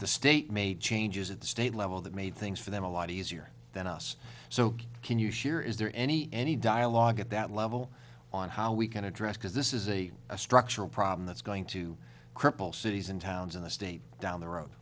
the state made changes at the state level that made things for them a lot easier than us so can you share is there any any dialogue at that level on how we can address because this is a structural problem that's going to cripple cities and towns in the state down the road